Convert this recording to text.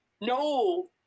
No